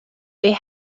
they